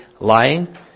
lying